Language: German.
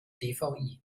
dvi